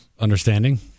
understanding